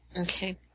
Okay